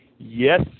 Yes